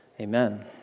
Amen